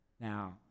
now